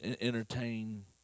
entertain